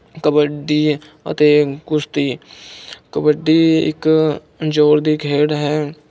ਕਬੱਡੀ ਅਤੇ ਕੁਸ਼ਤੀ ਕਬੱਡੀ ਇੱਕ ਜ਼ੋਰ ਦੀ ਖੇਡ ਹੈ